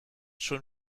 schon